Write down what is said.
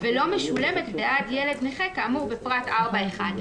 ולא משולמת עבור ילד נכה כאמור בפרט 4(1)".